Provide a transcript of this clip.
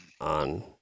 on